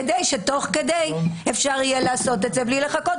כדי שתוך כדי אפשר יהיה לעשות את זה בלי לחכות.